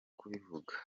kubivuga